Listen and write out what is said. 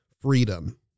freedom